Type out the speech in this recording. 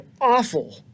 awful